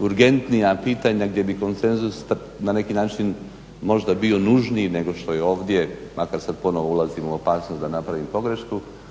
urgentnija pitanja gdje bi konsenzus na neki način možda bio nužniji nego što je ovdje makar sad ponovo ulazim u opasnost da napravim pogrešku